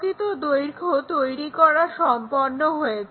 প্রকৃত দৈর্ঘ্য তৈরি করা সম্পন্ন হয়েছে